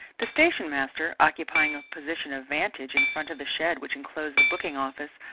the station master, occupying a position of vantage in front of the shed which enclosed the booking office,